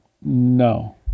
No